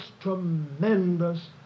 tremendous